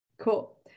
Cool